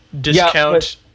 discount